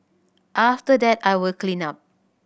after that I will clean up